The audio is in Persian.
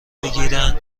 بگیرن